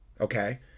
okay